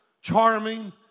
charming